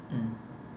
mm